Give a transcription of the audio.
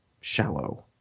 shallow